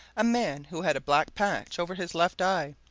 a man who had a black patch over his left eye,